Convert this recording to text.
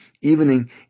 evening